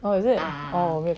oh is it oh 我没有看到